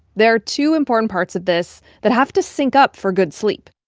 there are two important parts of this that have to sync up for good sleep.